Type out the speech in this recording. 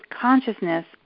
consciousness